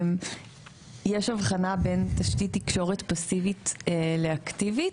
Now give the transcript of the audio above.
יש הבחנה בין תשתית תקשורת פסיבית לאקטיבית.